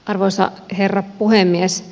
arvoisa herra puhemies